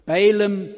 Balaam